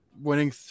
winning